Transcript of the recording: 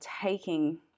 taking